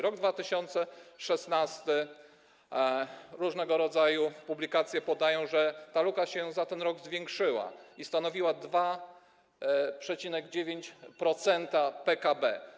Rok 2016 - różnego rodzaju publikacje podają, że ta luka się zwiększyła i stanowiła 2,9% PKB.